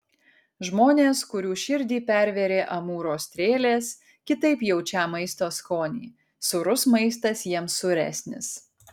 žmonės kurių širdį pervėrė amūro strėlės kitaip jaučią maisto skonį sūrus maistas jiems sūresnis